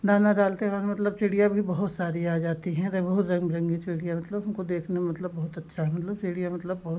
दाना डालते हैं वहाँ मतलब चिड़िया भी बहुत सारी आ जाती हैं बहुत रंग बिरंगी चिड़िया मतलब हमको देखने में मतलब बहुत अच्छा है मतलब चिड़िया मतलब बहुत